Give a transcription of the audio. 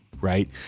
right